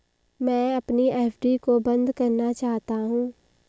मैं अपनी एफ.डी को बंद करना चाहता हूँ